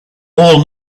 all